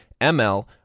ML